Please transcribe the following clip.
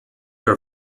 your